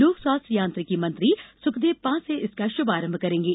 लोक स्वास्थ्य यात्रिकी मंत्री सुखदेव पासे इसका शुभारंभ करेंगे